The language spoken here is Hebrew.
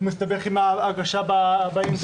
הוא מסתבך עם ההגשה באינטרנט.